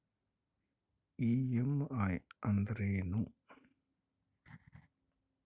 EMI ಅಂದ್ರೇನು?